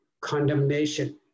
condemnation